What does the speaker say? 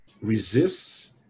resists